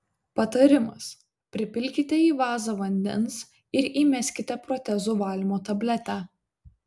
patarimas pripilkite į vazą vandens ir įmeskite protezų valymo tabletę